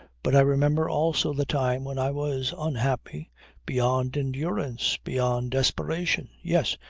but i remember also the time when i was unhappy beyond endurance beyond desperation. yes.